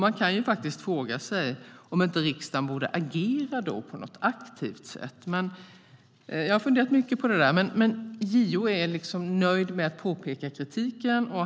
Man kan faktiskt fråga sig om inte riksdagen borde agera på något aktivt sätt. Jag har funderat mycket på det. Men JO är liksom nöjd med att påpeka kritiken.